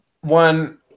one